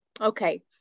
Okay